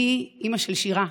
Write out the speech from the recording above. אני אימא של שירה.